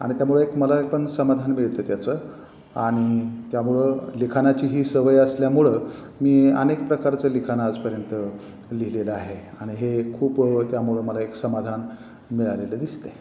आणि त्यामुळे एक मला एक पण समाधान मिळतं त्याचं आणि त्यामुळं लिखाणाची ही सवय असल्यामुळं मी अनेक प्रकारचं लिखाण आजपर्यंत लिहिलेलं आहे आणि हे खूप त्यामुळं मला एक समाधान मिळालेलं दिसतं आहे